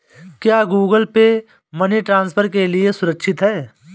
क्या Google Pay money transfer के लिए सुरक्षित है?